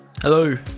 Hello